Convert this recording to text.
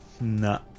No